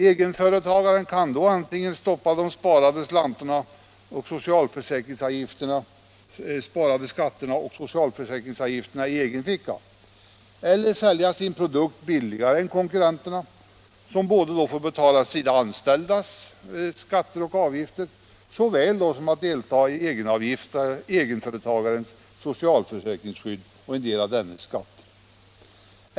Egenföretagarna kan då antingen stoppa de sparade skatterna och socialförsäkringsavgifterna i egen ficka eller sälja sin produkt billigare än konkurrenterna, som både får betala sina anställdas såväl som egenföretagarens socialförsäkringsskydd och en del av dennes skatter.